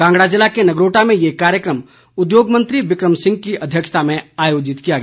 कांगड़ा जिले के नगरोटा में ये कार्यक्रम उद्योग मंत्री बिक्रम सिंह की अध्यक्षता में आयोजित किया गया